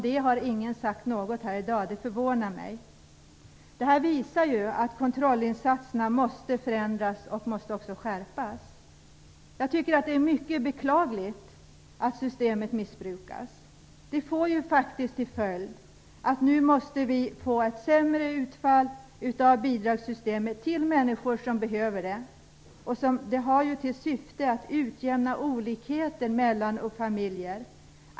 Det har inte någon sagt något om här i dag, och det förvånar mig. Det här visar att kontrollinsatserna måste förändras och också skärpas. Jag tycker att det är mycket beklagligt att systemet missbrukas. Det får faktiskt till följd att vi nu får ett sämre utfall av bidragssystemet till människor som behöver det. Det har ju till syfte att utjämna olikheter mellan familjer.